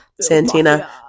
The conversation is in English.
Santina